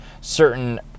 certain